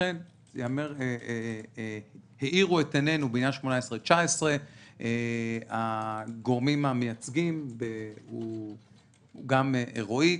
אכן האירו את עינינו לגבי 18-19 הגורמים המייצגים וגם רועי.